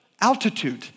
Altitude